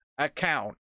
Account